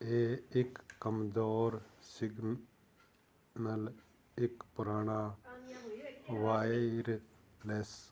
ਅਤੇ ਇੱਕ ਕਮਜ਼ੋਰ ਸਿਗਨਲ ਇੱਕ ਪੁਰਾਣਾ ਵਾਈਰਲੇੈਸ